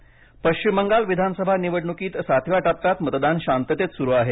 मतदान पश्चिम बंगाल विधानसभा निवडणुकीत सातव्या टप्प्यात मतदान शांततेत सुरु आहे